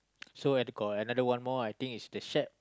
so at the got another one more I think is the shed